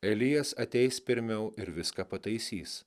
elijas ateis pirmiau ir viską pataisys